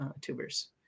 tubers